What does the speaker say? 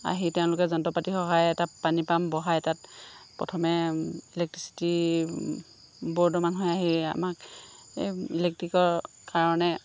আহি তেওঁলোকে যন্ত্ৰ পাতিৰ সহায়ত এটা পানীৰ পাম্প বহাই তাত প্ৰথমে ইলেক্ট্ৰিচিটিৰ বোৰ্ডৰ মানুহে আহি আমাক ইলেক্ট্ৰিকৰ কাৰণে